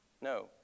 No